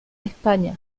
españa